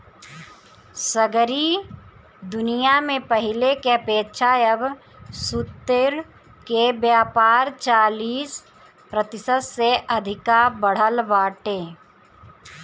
सगरी दुनिया में पहिले के अपेक्षा अब सुर्ती के व्यापार चालीस प्रतिशत से अधिका बढ़ल बाटे